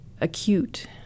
acute